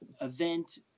event